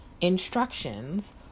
instructions